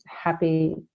Happy